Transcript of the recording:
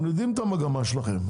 אנחנו יודעים את המגמה שלכם,